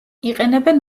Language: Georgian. იყენებენ